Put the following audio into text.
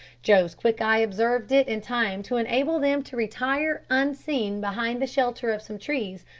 joe's quick eye observed it in time to enable them to retire unseen behind the shelter of some trees,